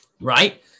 right